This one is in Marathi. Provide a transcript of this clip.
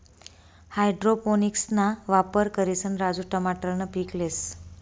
हाइड्रोपोनिक्सना वापर करिसन राजू टमाटरनं पीक लेस